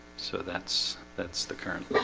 so that's that's the current